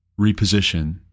reposition